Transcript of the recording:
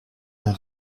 d’un